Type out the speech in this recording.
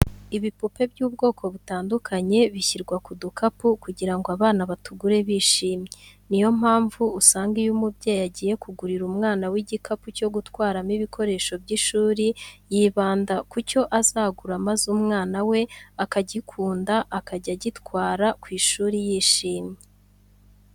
Ibipupe by'ubwoko butandukanye bishyirwa ku dukapu kugira ngo abana batugure bishimye. Ni yo mpamvu usanga iyo umubyeyi agiye kugurira umwana we igikapu cyo gutwaramo ibikoresho by'ishuri, yibanda ku cyo azagura maze umwana we akagikunda akajya agitwara ku ishuri yishimye.